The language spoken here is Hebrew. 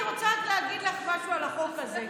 אני רוצה להגיד לך משהו על החוק הזה,